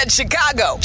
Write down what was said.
Chicago